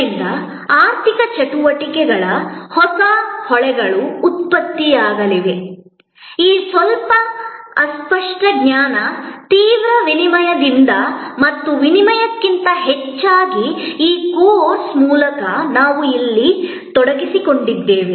ಆದ್ದರಿಂದ ಆರ್ಥಿಕ ಚಟುವಟಿಕೆಗಳ ಹೊಸ ಹೊಳೆಗಳು ಉತ್ಪತ್ತಿಯಾಗಲಿವೆ ಈ ಸ್ವಲ್ಪ ಅಸ್ಪಷ್ಟ ಜ್ಞಾನ ತೀವ್ರ ವಿನಿಮಯದಿಂದ ಮತ್ತು ವಿನಿಮಯಕ್ಕಿಂತ ಹೆಚ್ಚಾಗಿ ಈ ಕೋರ್ಸ್ ಮೂಲಕ ನಾವು ಇಲ್ಲಿ ತೊಡಗಿಸಿಕೊಂಡಿದ್ದೇವೆ